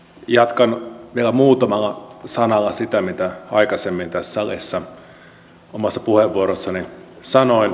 jatkan vielä muutamalla sanalla sitä mitä aikaisemmin tässä salissa omassa puheenvuorossani sanoin